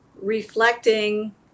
reflecting